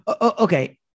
Okay